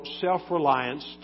self-reliance